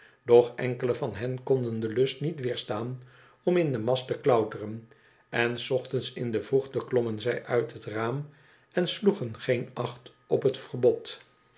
doch enkele van hen konden den lust niet weerstaan om in den mast te klauteren en s ochtends in de vroegte klommen zi uit het raam en sloegen geen acht op het verbod